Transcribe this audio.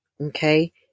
Okay